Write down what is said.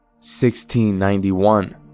1691